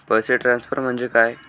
पैसे ट्रान्सफर म्हणजे काय?